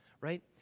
right